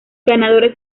ganadores